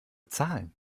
zahlen